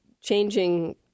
changing